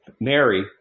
Mary